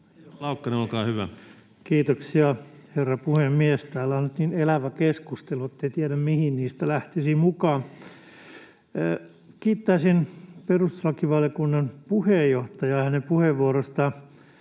Kiitoksia, herra puhemies! Täällä on nyt niin elävä keskustelu, ettei tiedä, mihin niistä lähtisi mukaan. Kiittäisin perustuslakivaliokunnan puheenjohtajaa hänen puheenvuorostaan.